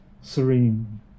serene